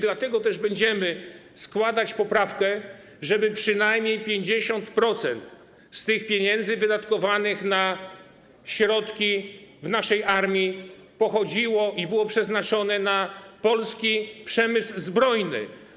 Dlatego też będziemy składać poprawkę, żeby przynajmniej 50% z tych pieniędzy wydatkowanych na środki w naszej armii pochodziło i było przeznaczone na polski przemysł zbrojeniowy.